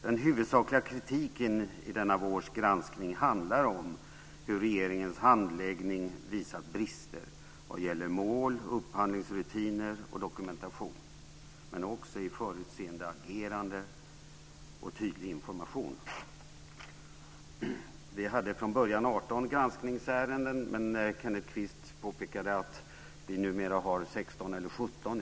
Den huvudsakliga kritiken i vårens granskning handlar om hur regeringens handläggning visat brister vad gäller mål, upphandlingsrutiner och dokumentation, men också i förutseende agerande och tydlig information. Vi hade från början 18 granskningsärenden, men som Kenneth Kvist påpekade har vi numera 16 eller 17.